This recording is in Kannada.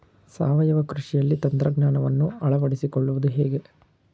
ಸಾವಯವ ಕೃಷಿಯಲ್ಲಿ ತಂತ್ರಜ್ಞಾನವನ್ನು ಅಳವಡಿಸಿಕೊಳ್ಳುವುದು ಹೇಗೆ?